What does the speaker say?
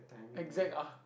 exact ah